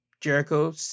jericho